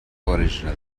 original